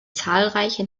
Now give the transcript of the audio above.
zahlreiche